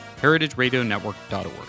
heritageradionetwork.org